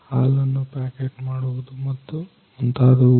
ಹಾಲನ್ನ ಪ್ಯಾಕೆಟ್ ಮಾಡುವುದು ಮತ್ತು ಮುಂತಾದವುಗಳು